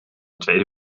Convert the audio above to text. tweede